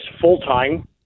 full-time